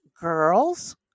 girls